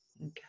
Okay